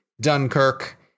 Dunkirk